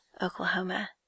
Oklahoma